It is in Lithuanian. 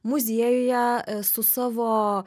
muziejuje su savo